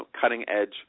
cutting-edge